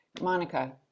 Monica